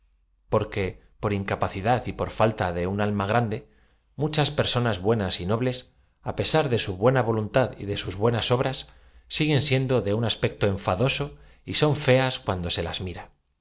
porque por incapacidad y por falta de un alm a grande muchas personas buenas y nobles á pesar de su buena volun tad y de sus buenas obras siguen siendo de un aspeo to enfadoso y son feas cuando se laa m ira